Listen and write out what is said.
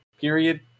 period